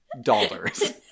dollars